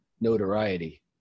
notoriety